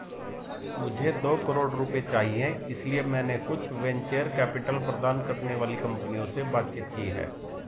मुझे दो करोड़ रुपए चाहिए इसलिए मैंने कुछ वेंचर कैपिटल प्रदान करने वाली कंपनियों से बातचीत की है